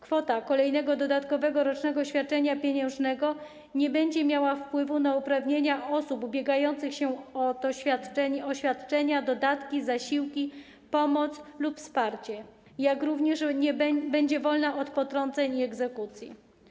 Kwota kolejnego dodatkowego rocznego świadczenia pieniężnego nie będzie miała wpływu na uprawnienia osób ubiegających się o świadczenia, dodatki, zasiłki, pomoc lub wsparcie, jak również będzie wolna od potrąceń i egzekucji.